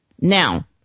now